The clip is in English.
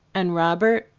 and robert,